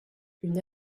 une